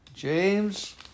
James